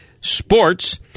sports